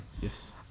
yes